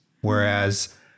Whereas